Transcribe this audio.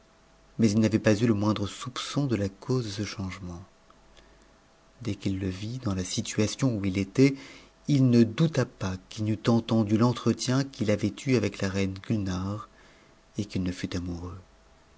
s il n'avait pas eu le moindre soupçon de la cause de ce hibernent dès qu'i le vit dans la situation où il était il ne douta pas n'eut entendu l'entretien qu'il avait eu avec la reine gutnare et n'i ne fût amoureux